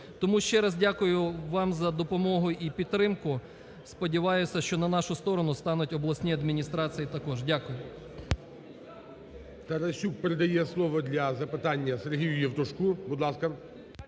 Тому ще раз дякую вам за допомогу і підтримку, сподіваюся, що на нашу сторону стануть обласні адміністрації також. Дякую. ГОЛОВУЮЧИЙ. Тарасюк передає слово для запитання Сергію Євтушку. Будь ласка.